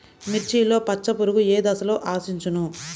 మిర్చిలో పచ్చ పురుగు ఏ దశలో ఆశించును?